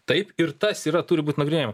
taip ir tas yra turi būt nagrinėjama